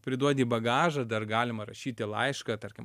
priduodi į bagažą dar galima rašyti laišką tarkim